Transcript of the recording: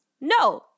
No